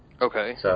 Okay